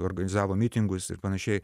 organizavo mitingus ir panašiai